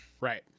Right